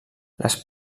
les